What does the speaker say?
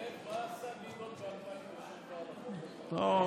זאב, מה עשה גדעון ב-2007 על החוק הזה, והיום,